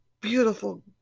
beautiful